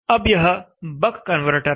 अब यह buck converter है